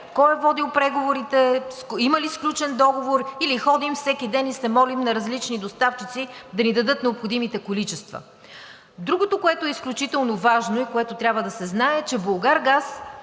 кой е водил преговорите, има ли сключен договор, или ходим всеки ден и се молим на различни доставчици да ни дадат необходимите количества. Другото, което е изключително важно и което трябва да се знае, е, че „Булгаргаз“